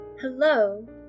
hello